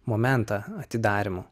momentą atidarymo